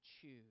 choose